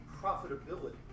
profitability